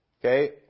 okay